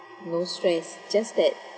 no stress just that